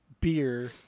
beer